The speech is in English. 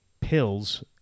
pills